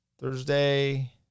Thursday